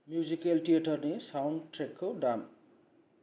musical थियेटारनि sound ट्रेकखौ दाम